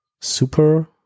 super